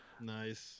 Nice